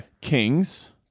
Kings